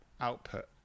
output